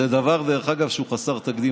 וזה דבר, דרך אגב, שהוא חסר תקדים.